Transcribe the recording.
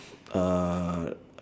uh